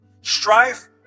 Strife